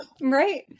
Right